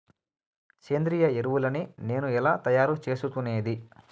సేంద్రియ ఎరువులని నేను ఎలా తయారు చేసుకునేది?